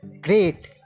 great